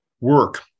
work